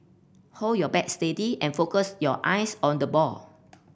hold your bat steady and focus your eyes on the ball